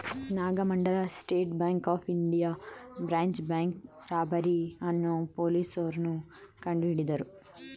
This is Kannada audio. Nagamangala state bank of India branch bank robbery ಅನ್ನೋ ಪೊಲೀಸ್ನೋರು ಕಂಡುಹಿಡಿದರು